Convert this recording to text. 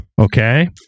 okay